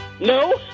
No